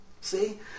See